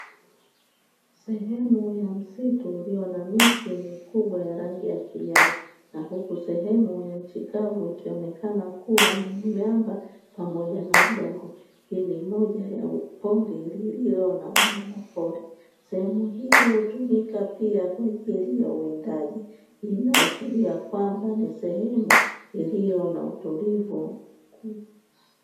Sehemu ya msitu ulio na miti mikubwa ya rangi ya kijani, na huku sehemu ya nchi kavu ikionekana kuwa na miamba pamoja na udongo. Hii ni moja ya pori lililo na wanyama pori. Sehemu hii inayotumika pia kwa ajili ya uwindaji hii inaashiria kwamba ni sehmu iliyo na utulivu mkubwa.